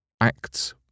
Acts